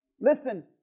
Listen